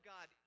God